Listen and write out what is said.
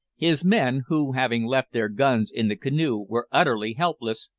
his men, who, having left their guns in the canoe, were utterly helpless,